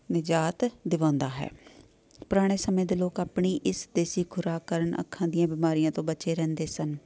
ਨਿਜਾਤ ਦਿਵਾਉਂਦਾ ਹੈ ਪੁਰਾਣੇ ਸਮੇਂ ਦੇ ਲੋਕ ਆਪਣੀ ਇਸ ਦੇਸੀ ਖੁਰਾਕ ਕਾਰਨ ਅੱਖਾਂ ਦੀਆਂ ਬਿਮਾਰੀਆਂ ਤੋਂ ਬਚੇ ਰਹਿੰਦੇ ਸਨ